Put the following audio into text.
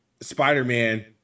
spider-man